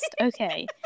okay